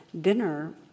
dinner